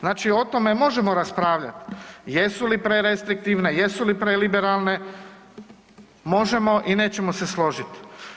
Znači, o tome možemo raspravljati jesu li prerestriktivne, jesu li preliberalne možemo i nećemo se složiti.